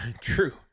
True